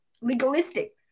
legalistic